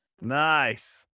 Nice